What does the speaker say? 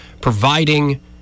providing